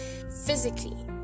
physically